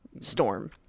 storm